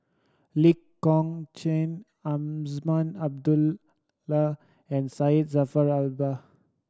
Lee Kong Chian Azman Abdullah and Syed Jaafar Albar